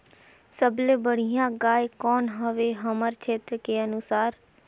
सबले बढ़िया गाय कौन हवे हमर क्षेत्र के अनुसार?